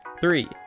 Three